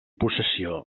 possessió